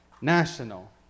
national